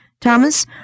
Thomas